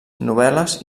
novel·les